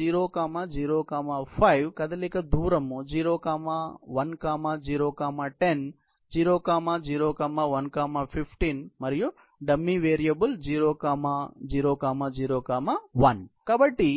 0 0 5 కదలిక దూరం 0 1 0 10 0 0 1 15 మరియు డమ్మీ వేరియబుల్ 0 0 0 1